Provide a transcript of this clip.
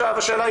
השאלה היא